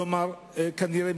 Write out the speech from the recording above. כנראה,